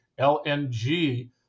LNG